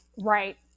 Right